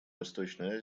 восточная